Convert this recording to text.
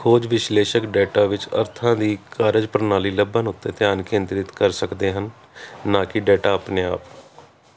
ਖੋਜ ਵਿਸ਼ਲੇਸ਼ਕ ਡੇਟਾ ਵਿੱਚ ਅਰਥਾਂ ਦੀ ਕਾਰਜਪ੍ਰਣਾਲੀ ਲੱਭਣ 'ਤੇ ਧਿਆਨ ਕੇਂਦ੍ਰਿਤ ਕਰ ਸਕਦੇ ਹਨ ਨਾ ਕਿ ਡੇਟਾ ਆਪਣੇ ਆਪ